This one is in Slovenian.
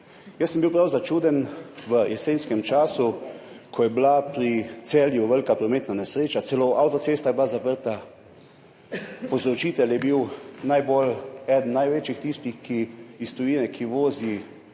jaz sem bil prav začuden v jesenskem času, ko je bila pri Celju velika prometna nesreča, celo avtocesta je bila zaprta, povzročitelj je bil eden največjih tistih iz tujine, ki vozi